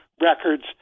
records